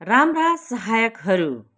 राम्रा सहायकहरू